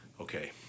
okay